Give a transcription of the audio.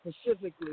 specifically